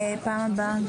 פעם באה.